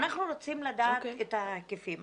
אנחנו רוצים לדעת את ההיקפים.